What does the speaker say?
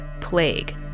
Plague